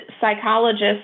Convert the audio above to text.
psychologists